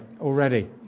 already